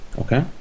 Okay